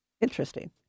Interesting